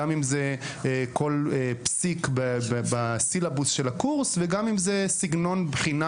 על כל פסיק בסילבוס של הקורס וגם על סגנון בחינה